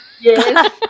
Yes